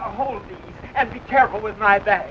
home and be careful with my back